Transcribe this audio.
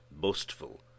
boastful